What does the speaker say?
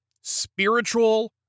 spiritual